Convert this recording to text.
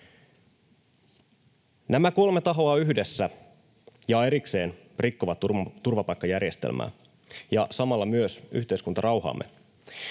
Nämä kolme tahoa yhdessä ja erikseen rikkovat turvapaikkajärjestelmää ja samalla myös yhteiskuntarauhaamme.